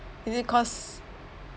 is it cause